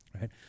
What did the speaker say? right